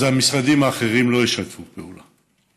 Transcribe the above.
אז המשרדים האחרים לא ישתפו פעולה.